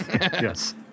Yes